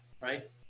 right